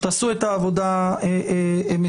תעשו את העבודה מסודר.